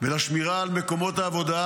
ולשמירה על מקומות העבודה,